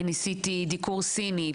ניסיתי דיקור סיני,